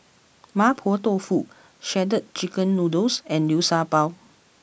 Mapo Tofu Shredded Chicken Noodles and Liu Sha Bao